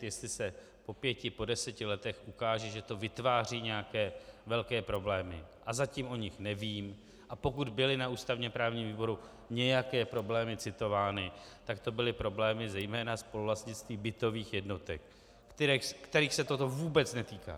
Jestli se po pěti, po deseti letech ukáže, že to vytváří nějaké velké problémy, a zatím o nich nevím, a pokud byly na ústavněprávním výboru nějaké problémy citovány, tak to byly problémy zejména spoluvlastnictví bytových jednotek, kterých se toto vůbec netýká.